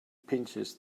pinches